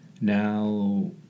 Now